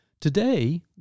Today